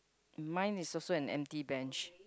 mine is also an empty bench